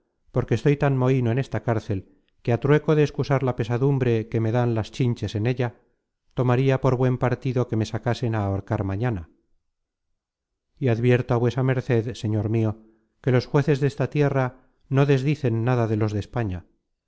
porque estoy tan mohino en esta cárcel que a trueco de excusar la pesadum bre que me dan las chinches en ella tomaria por buen par tido que me sacasen á ahorcar mañana y advierto á vuesa merced señor mio que los jueces desta tierra no desdicen nada de los de españa